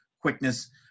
quickness